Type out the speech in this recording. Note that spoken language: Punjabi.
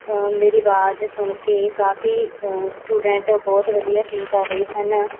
ਮੇਰੀ ਆਵਾਜ਼ ਸੁਣ ਕੇ ਕਾਫ਼ੀ ਸਟੂਡੈਂਟ ਬਹੁਤ ਵਧੀਆ ਫੀਲ ਕਰ ਰਹੇ ਸਨ